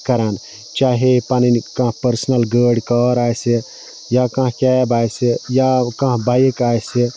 کَران چاہے پَنٕنۍ کانٛہہ پرسنل گٲڑۍ کار آسہِ یا کانٛہہ کیب آسہِ یا کانٛہہ بایک آسہِ